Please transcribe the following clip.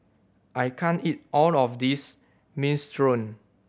I can't eat all of this Minestrone